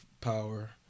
power